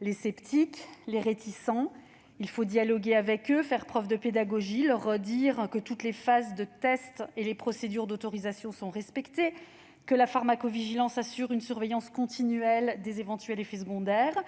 les sceptiques, les réticents. Il faut dialoguer avec eux, faire preuve de pédagogie, leur redire que toutes les phases de test et les procédures d'autorisation sont respectées, que la pharmacovigilance assure une surveillance continuelle des éventuels effets secondaires.